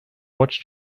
watched